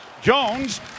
Jones